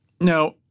Now